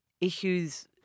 issues